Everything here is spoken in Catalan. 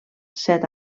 set